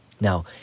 now